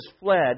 fled